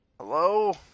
Hello